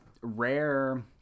rare